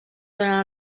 durant